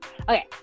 Okay